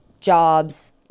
jobs